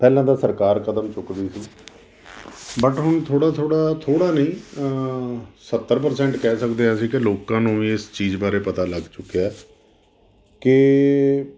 ਪਹਿਲਾਂ ਤਾਂ ਸਰਕਾਰ ਕਦਮ ਚੁੱਕਦੀ ਸੀ ਬਟ ਹੁਣ ਥੋੜ੍ਹਾ ਥੋੜ੍ਹਾ ਥੋੜ੍ਹਾ ਨਹੀਂ ਸੱਤਰ ਪ੍ਰਸੈਂਟ ਕਹਿ ਸਕਦੇ ਹਾਂ ਅਸੀਂ ਕਿ ਲੋਕਾਂ ਨੂੰ ਇਸ ਚੀਜ਼ ਬਾਰੇ ਪਤਾ ਲੱਗ ਚੁੱਕਿਆ ਕਿ